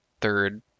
third